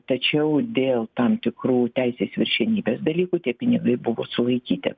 tačiau dėl tam tikrų teisės viršenybės dalykų tie pinigai buvo sulaikyti